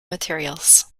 materials